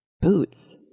Boots